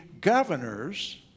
governors